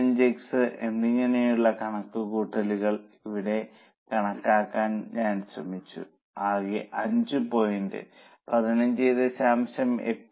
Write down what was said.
5 x എന്നിങ്ങനെയുള്ള കണക്കുകൂട്ടൽ ഇവിടെ കാണിക്കാൻ ഞാൻ ശ്രമിച്ചു ആകെ 5 പോയിന്റ് 15